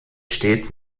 stets